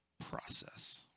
process